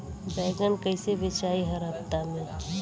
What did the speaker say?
बैगन कईसे बेचाई हर हफ्ता में?